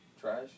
Trash